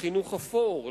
לחינוך אפור,